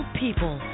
people